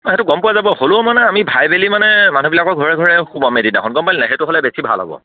অঁ সেইটো গম পোৱা যাব হ'লেও মানে আমি ভাই বেলি মানুহবিলাকৰ ঘৰে ঘৰে সোমাম এদিনাখন গম পালি নে নাই সেইটো হ'লে বেছি ভাল হ'ব